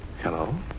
hello